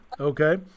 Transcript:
okay